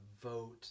vote